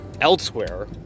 elsewhere